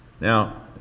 Now